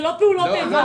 זה לא פעולות איבה?